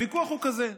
הוויכוח הוא כזה: